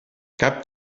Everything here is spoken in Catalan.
cap